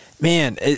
Man